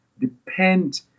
depend